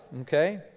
Okay